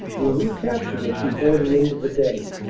we recaptured it before the end of the day.